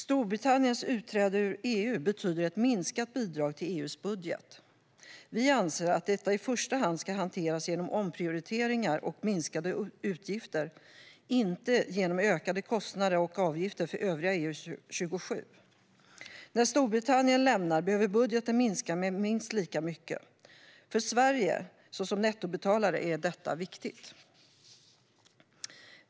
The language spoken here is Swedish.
Storbritanniens utträde ur EU betyder ett minskat bidrag till EU:s budget. Vi anser att detta i första hand ska hanteras genom omprioriteringar och minskade utgifter, inte genom ökade kostnader och avgifter för övriga EU-27. När Storbritannien lämnar EU behöver budgeten minska med minst lika mycket. För Sverige, såsom nettobetalare, är detta viktigt.